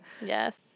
Yes